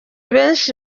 benshi